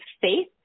faith